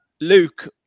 Luke